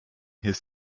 his